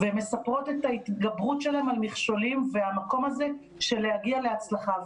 והן מספרות על התגברות שלהן על מכשולים ועל המקום הזה של להגיע להצלחה.